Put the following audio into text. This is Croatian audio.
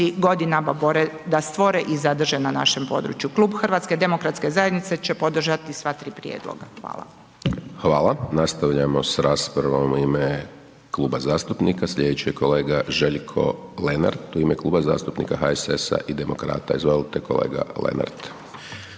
godinama bore da stvore i zadrže na našem području. Klub HDZ-a će podržati sva tri prijedloga. Hvala. **Hajdaš Dončić, Siniša (SDP)** Hvala. Nastavljamo sa raspravom u ime Kluba zastupnika, sljedeći je kolega Željko Lenart, u ime Kluba zastupnika HSS-a i demokrata. Izvolite kolega Lenart.